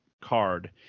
card